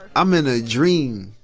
i'm in a dream